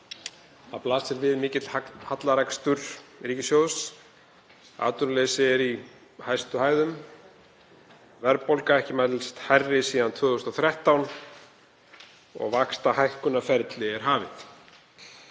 Það blasir við mikill hallarekstur ríkissjóðs, atvinnuleysi er í hæstu hæðum, verðbólga ekki mælst hærri síðan 2013 og vaxtahækkunarferli er hafið.